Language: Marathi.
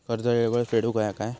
कर्ज येळेवर फेडूक होया काय?